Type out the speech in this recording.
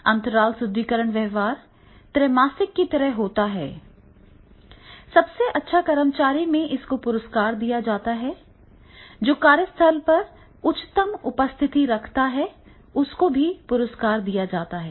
अंतराल सुदृढीकरण व्यवहार त्रैमासिक की तरह होता है सबसे अच्छा कर्मचारी पुरस्कार दिया जाता है जो कार्यस्थल पर उच्चतम उपस्थिति रखता है